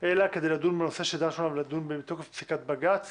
אלא כדי לדון בנושא בתוקף פסיקת בג"צ